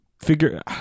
Figure